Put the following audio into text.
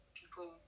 People